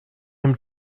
him